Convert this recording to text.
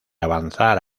avanzar